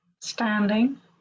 standing